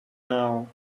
now